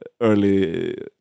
early